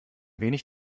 wenig